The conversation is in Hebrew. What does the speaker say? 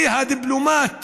כי הדיפלומט